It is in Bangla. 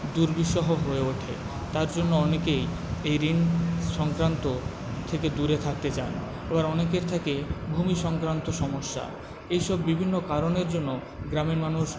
দুর্বিষহ হয়ে ওঠে তার জন্য অনেকেই এই ঋণ সংক্রান্ত থেকে দূরে থাকতে চান আবার অনেকের থাকে ভূমি সংক্রান্ত সমস্যা এসব বিভিন্ন কারণের জন্য গ্রামের মানুষ